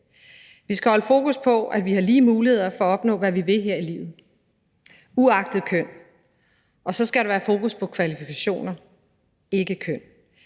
Vi skal holde fokus på, at vi har lige muligheder for at opnå, hvad vi vil her i livet, uagtet køn, og så skal der være fokus på kvalifikationer, ikke køn.